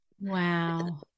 Wow